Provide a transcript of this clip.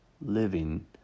living